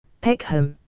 Peckham